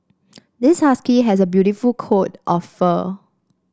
this husky has a beautiful coat of fur